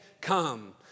come